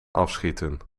afschieten